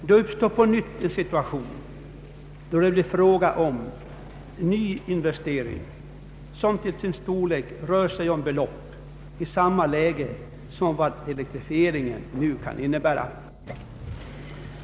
Då uppstår på nytt en situation, där det blir fråga om en ny investering, som rör sig om belopp av samma storlek som vad en elektrifiering nu kan kosta.